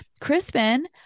Crispin